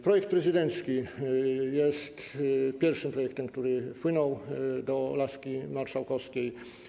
Projekt prezydencki jest pierwszym projektem, który wpłynął do laski marszałkowskiej.